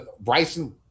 Bryson